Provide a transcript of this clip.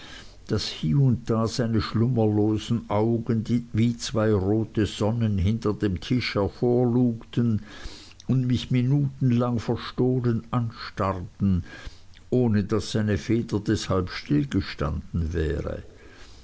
und da seine schlummerlosen augen wie zwei rote sonnen hinter dem tisch hervorlugten und mich minutenlang verstohlen anstarrten ohne daß seine feder deshalb stillgestanden wäre